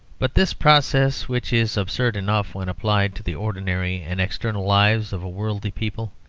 but this process, which is absurd enough when applied to the ordinary and external lives of worldly people,